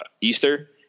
Easter